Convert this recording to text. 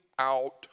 out